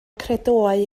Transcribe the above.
credoau